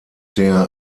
der